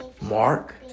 Mark